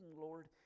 Lord